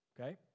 Okay